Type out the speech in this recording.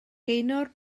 gaynor